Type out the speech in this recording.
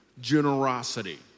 generosity